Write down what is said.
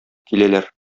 киләләр